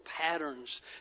patterns